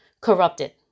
corrupted